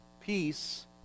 peace